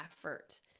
effort